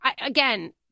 again